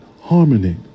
harmony